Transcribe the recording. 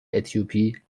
اتیوپی